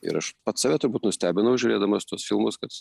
ir aš pats save turbūt nustebinau žiūrėdamas tuos filmus kad